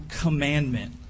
commandment